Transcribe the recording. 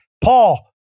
Paul